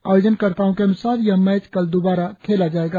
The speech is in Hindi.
आयोजन कर्ताओ के अनुसार यह मैच कल दोबारा खेला जाएगा